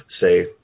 say